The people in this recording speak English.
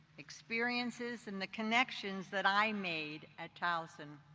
experiences, and the connections that i made at towson.